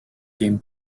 game